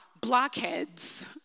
blockheads